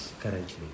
currently